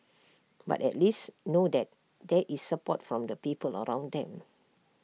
but at least know that there is support from the people around them